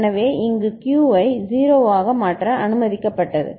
எனவே இங்கே Q ஐ 0 ஆக மாற்ற அனுமதிக்கப்பட்டது